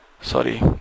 sorry